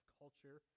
culture